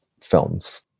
films